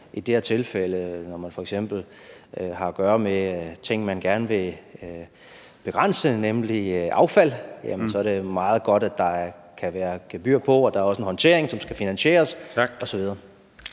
godt instrument. Når man f.eks. har at gøre med ting, som man gerne vil begrænse, nemlig affald i det her tilfælde, så er det meget godt, at der kan være gebyr på. Og der er også en håndtering, som skal finansieres, osv.